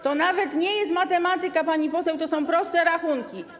To nawet nie jest matematyka, pani poseł, to są proste rachunki.